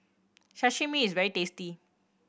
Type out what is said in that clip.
sashimi is very tasty